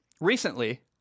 recently